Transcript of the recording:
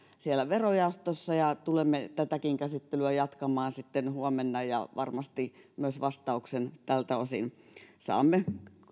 verojaostossa ja tulemme tätäkin käsittelyä jatkamaan huomenna ja varmasti myös vastauksen tältä osin saamme